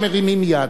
שמרימים יד,